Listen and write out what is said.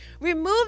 Remove